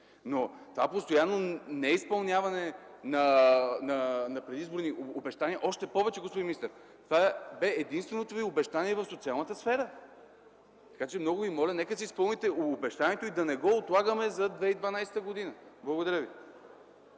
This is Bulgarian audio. Това е постоянно неизпълнение на предизборни обещания, още повече, господин министър, това бе единственото Ви обещание в социалната сфера! Така че, много Ви моля, нека да си изпълните обещанието и да не го отлагаме за 2012 г. Благодаря Ви.